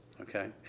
okay